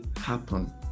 happen